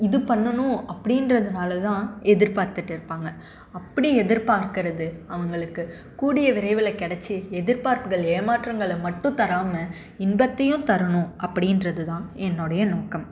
இது பண்ணணும் அப்டின்றதுனால் தான் எதிர்பார்த்துகிட்டு இருப்பாங்க அப்படி எதிர்பாக்கிறது அவங்களுக்கு கூடிய விரைவில் கிடச்சி எதிர்பார்ப்புகள் ஏமாற்றங்களை மட்டும் தராமல் இன்பத்தையும் தரணும் அப்படின்றது தான் என்னோடய நோக்கம்